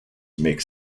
make